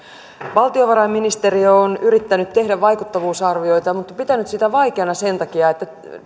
valtiovarainministeriö on yrittänyt tehdä vaikuttavuusarvioita mutta pitänyt sitä vaikeana sen takia että